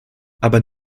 aber